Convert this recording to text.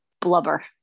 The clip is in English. blubber